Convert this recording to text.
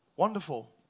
Wonderful